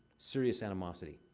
serious animosity.